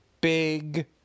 big